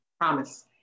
promise